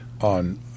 on